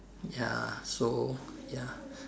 ya so ya